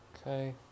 Okay